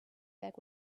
back